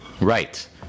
Right